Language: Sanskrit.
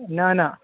न न